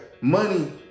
money